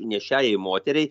nėščiai moteriai